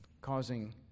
causing